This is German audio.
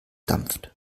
dampft